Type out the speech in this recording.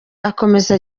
akomeza